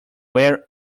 where